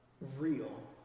real